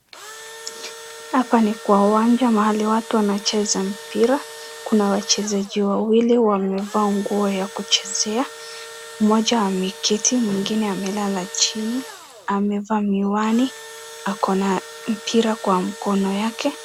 Hapa ni kwa uwanja mahali watu wanacheza mpira, kuna wachezaji wawili wamevaa nguo ya kuchezea. Mmoja ameketi mwingine amelala chini amevaa miwani, ako na mpira kwa mkono yake.